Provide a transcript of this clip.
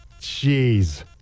Jeez